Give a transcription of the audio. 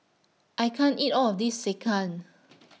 I can't eat All of This Sekihan